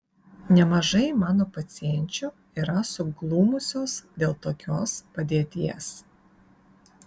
nemažai mano pacienčių yra suglumusios dėl tokios padėties